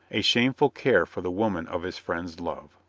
a shameful care for the woman of his friend's love.